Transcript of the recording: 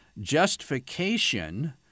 justification